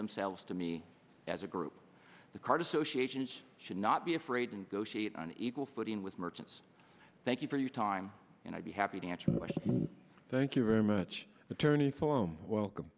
themselves to me as a group the card associations should not be afraid in the heat on equal footing with merchants thank you for your time and i'd be happy to answer thank you very much attorney foam welcome